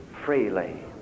freely